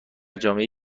جامعهای